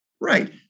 right